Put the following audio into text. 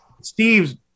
Steve's